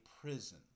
prison